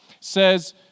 says